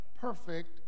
perfect